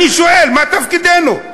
אני שואל: מה תפקידנו?